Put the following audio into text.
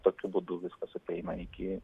tokiu būdu viskas ateina iki